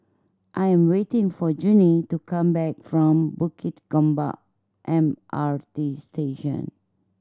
I am waiting for Junie to come back from Bukit Gombak M R T Station